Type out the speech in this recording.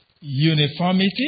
uniformity